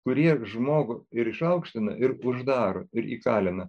kurie žmogų ir išaukština ir uždaro ir įkalina